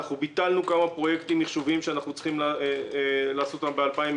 ביטלנו כמה פרויקטים מחשוביים שאנחנו צריכים לעשות אותם ב-2020,